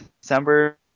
December